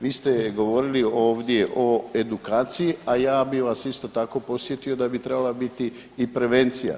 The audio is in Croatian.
Vi ste govorili ovdje o edukaciji, a ja bih vas isto tako podsjetio da bi trebala biti i prevencija.